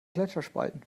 gletscherspalten